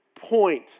point